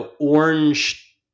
orange